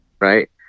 right